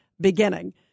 beginning